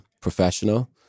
professional